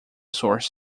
source